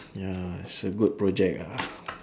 ya it's a good project ah